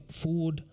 food